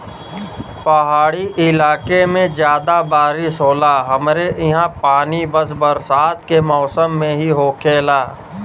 पहाड़ी इलाके में जादा बारिस होला हमरे ईहा पानी बस बरसात के मौसम में ही होखेला